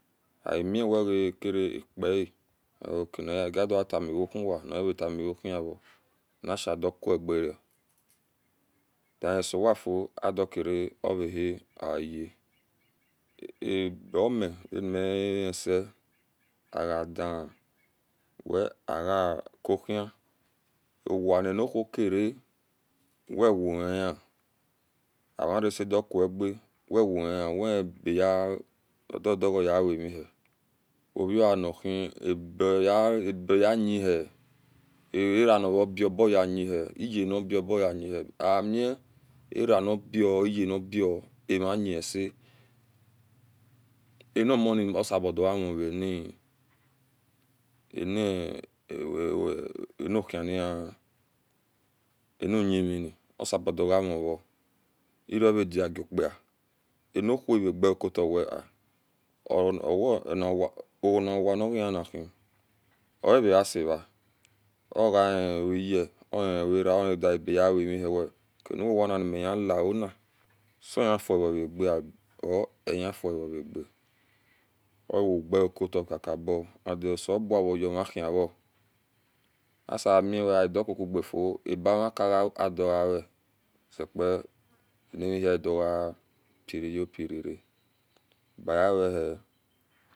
Aemiwega apaya ok gidatama otuwa nivatamivohiyao nisavacokada ro we sowafio adakare ovahevaya omivanimi ihiease ogadi we avacon owa ni a whon kare wewhohen amarasedo kuge wewohien webi webi duduo yiwihi ovoanihi abayihi arabnibobayeyahi iyeni boyeyahi amin ara nibo iye nbo avahiese aomoni osaboamu van ohin auyim ini osabo dogovi ero ovadia yo okp kpa ani whon evegakutawa a owanigeyivonihi ogaseva ovaniwige ohn wara odavabehi ogaseva ovaniwige ohn wara odavabehiwamihi ok auwowana nimihileona soehifioavabe or enifiahiega oogeakta kakdoa and osebua vomahiri asemeadococigako abamakau adiawe zipa amehia dopreurera bayawahi